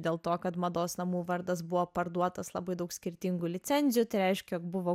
dėl to kad mados namų vardas buvo parduotas labai daug skirtingų licenzijų tereiškė buvo